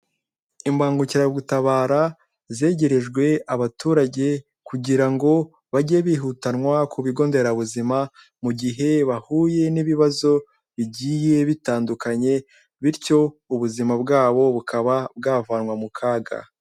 Imbangukira gutabara zegerejwe abaturage kugirango bajye bihutwanwa ku bigo nderabuzima mugihe bahuye n'ibibazo bigiye bitandukanye bityo ubuzima bwabo bukaba bwavanwa mu kaga.